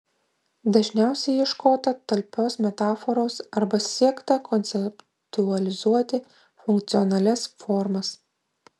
dažniausiai ieškota talpios metaforos arba siekta konceptualizuoti funkcionalias formas